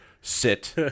sit